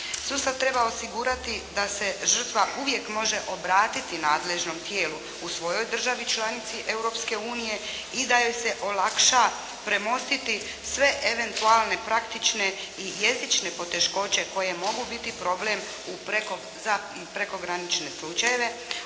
Sustav treba osigurati da se žrtva uvijek može obratiti nadležnom tijelu u svojoj državi članici Europske unije i da joj se olakša premostiti sve eventualne praktične i jezične poteškoće koje mogu biti problem u prekograničnim slučajevima,